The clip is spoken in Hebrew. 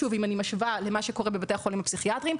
אם אני משווה למה שקורה בבתי החולים הפסיכיאטריים,